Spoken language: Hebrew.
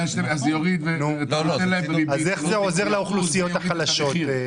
אז איך זה עוזר לאוכלוסיות החלשות?